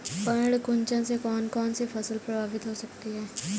पर्ण कुंचन से कौन कौन सी फसल प्रभावित हो सकती है?